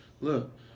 Look